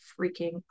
freaking